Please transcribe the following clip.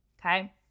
Okay